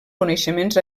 coneixements